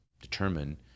determine